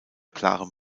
klarem